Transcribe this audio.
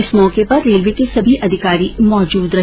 इस मौके पर रेलवे के समी अधिकारी मौजूद रहे